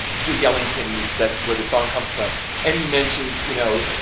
duke ellington, he was, that's where the song comes from and he mentions, you know,